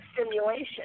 stimulation